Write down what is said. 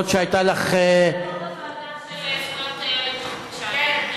אומנם הייתה לך, הוועדה לזכויות הילד.